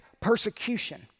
persecution